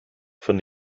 von